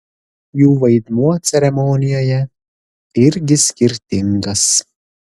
jų vaidmuo ceremonijoje irgi skirtingas